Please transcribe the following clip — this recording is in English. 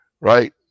right